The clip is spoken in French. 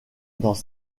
dans